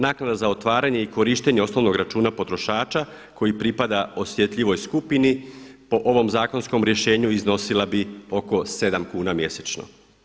Naknada za otvaranje i korištenje osnovnog računa potrošača koji pripada osjetljivoj skupini po ovom zakonskom rješenju iznosila bi oko 7 kuna mjesečno.